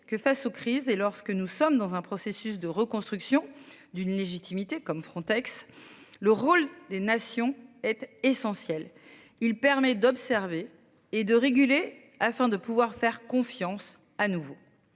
que face aux crises et lorsque nous sommes dans un processus de reconstruction d'une légitimité comme Frontex. Le rôle des Nations, être essentiel. Il permet d'observer et de réguler afin de pouvoir faire confiance à nouveau.